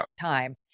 time